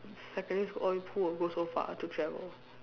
secondary school all who will go so far to travel